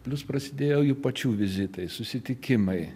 plius prasidėjo jų pačių vizitai susitikimai